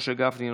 משה גפני,